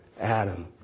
Adam